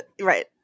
Right